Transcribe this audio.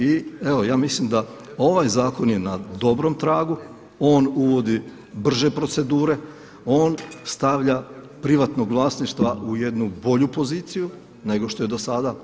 I evo ja mislim da ovaj zakon je na dobrom tragu, on uvodi brže procedure, on stavlja privatnog vlasnika u bolju poziciju nego što je do sada.